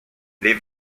les